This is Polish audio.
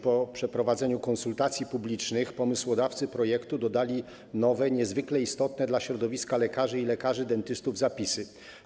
Po przeprowadzeniu konsultacji publicznych pomysłodawcy projektu dodali nowe, niezwykle istotne dla środowiska lekarzy i lekarzy dentystów, zapisy.